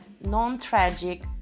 non-tragic